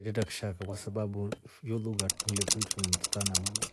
Ngetreta kishaka kwa sabau iyo ndo lugha ngilefundishwa na tata na mama.